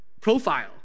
profile